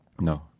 No